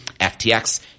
FTX